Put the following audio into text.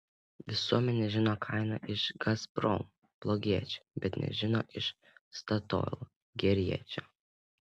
visuomenė žino kainą iš gazprom blogiečio bet nežino iš statoil geriečio